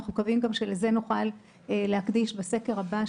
אנחנו מקווים שגם לזה נוכל להקדיש בסקר הבא,